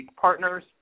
partners